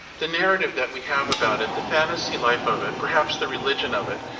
the narrative that we have about it, the fantasy life of it perhaps the religion of it.